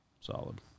Solid